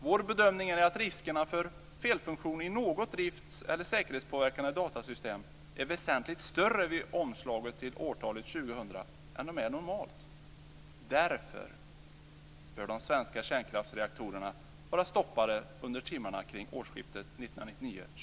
Vår bedömning är att riskerna för felfunktion i något drift eller säkerhetspåverkande datasystem är väsentligt större vid omslaget till årtalet 2000 än de är normalt. Därför bör de svenska kärnkraftsreaktorerna vara stoppade under timmarna kring årsskiftet